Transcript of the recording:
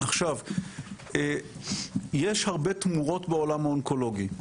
עכשיו, יש הרבה תמורות בעולם האונקולוגי,